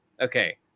okay